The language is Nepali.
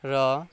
र